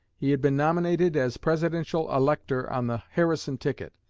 he had been nominated as presidential elector on the harrison ticket,